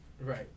Right